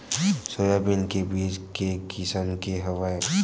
Soybean के बीज के किसम के हवय?